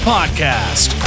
Podcast